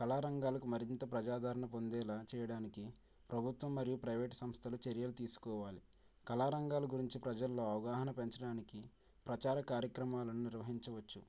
కళా రంగాలకు మరింత ప్రజాదారణ పొందేలా చేయడానికి ప్రభుత్వం మరియు ప్రైవేటు సంస్థలు చర్యలు తీసుకోవాలి కళారంగాల గురించి ప్రజల్లో అవగాహన పెంచడానికి ప్రచార కార్యక్రమాలను నిర్వహించవచ్చు